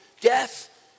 death